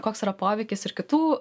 koks yra poveikis ir kitų